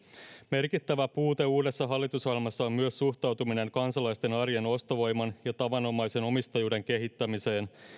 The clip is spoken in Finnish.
merkittävä puute uudessa hallitusohjelmassa on myös suhtautuminen kansalaisten arjen ostovoiman ja tavanomaisen omistajuuden kehittämiseen